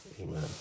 Amen